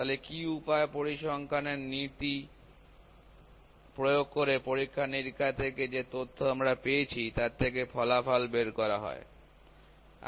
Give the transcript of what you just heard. তাহলে কি উপায়ে পরিসংখ্যান এর নীতি প্রয়োগ করে পরীক্ষা নিরীক্ষা থেকে যে তথ্য আমরা পেয়েছি তার থেকে ফলাফল বের করা যায়